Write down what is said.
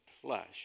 flesh